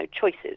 choices